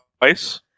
Twice